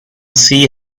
see